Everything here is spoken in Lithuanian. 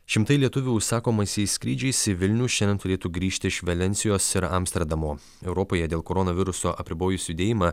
šimtai lietuvių užsakomaisiais skrydžiais į vilnių šiandien turėtų grįžti iš valensijos ir amsterdamo europoje dėl koronaviruso apribojus judėjimą